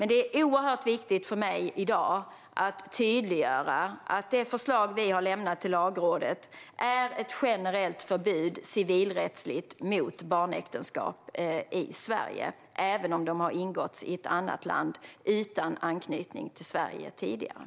Det är dock oerhört viktigt för mig att i dag tydliggöra att det förslag vi har lämnat till Lagrådet innebär ett generellt förbud, civilrättsligt, mot barnäktenskap i Sverige - även om det har ingåtts i ett annat land, utan anknytning till Sverige, tidigare.